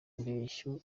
indeshyo